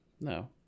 No